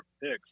picks